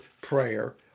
prayer